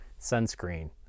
sunscreen